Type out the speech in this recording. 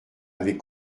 avaient